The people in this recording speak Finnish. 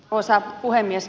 arvoisa puhemies